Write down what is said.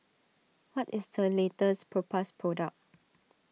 what is the latest Propass product